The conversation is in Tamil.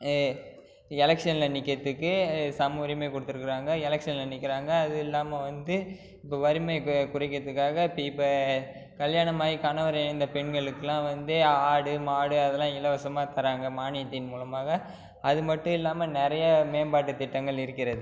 எலெக்ஷனில் நிற்கறதுக்கு சம உரிமை கொடுத்துருக்காங்க எலெக்ஷனில் நிற்குறாங்க அது இல்லாமல் வந்து இப்போ வறுமை கு குறைக்கிறதுக்காக இப்போ கல்யாணமாகி கணவனை இழந்த பெண்களுக்குலாம் வந்து ஆடு மாடு அதெலாம் இலவசமாக தராங்க மானியத்தின் மூலமாக அது மட்டும் இல்லாமல் நிறைய மேம்பாட்டு திட்டங்கள் இருக்கின்றது